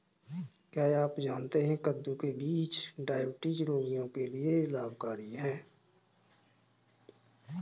क्या आप जानते है कद्दू के बीज डायबिटीज रोगियों के लिए लाभकारी है?